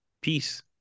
Peace